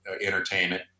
entertainment